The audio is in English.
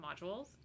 modules